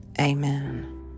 Amen